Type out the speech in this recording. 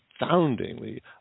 astoundingly